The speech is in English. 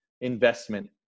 investment